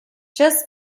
just